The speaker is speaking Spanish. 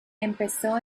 empezó